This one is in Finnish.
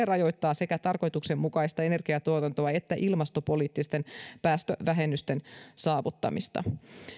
rajoittaa sekä tarkoituksenmukaista energiatuotantoa että ilmastopoliittisten päästövähennysten saavuttamista